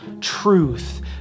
truth